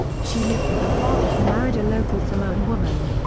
she lived with her father who married a local samoan woman.